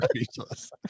speechless